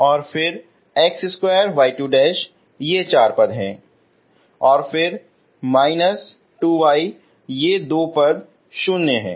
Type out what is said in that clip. और फिर −2 y ये दो पद 0 हैं